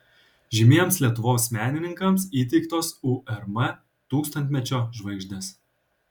žymiems lietuvos menininkams įteiktos urm tūkstantmečio žvaigždės